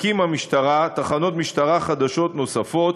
תקים המשטרה תחנות משטרה חדשות נוספות,